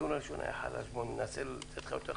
הטיעון הראשון היה חלש, בוא ננסה יותר חזק.